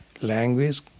language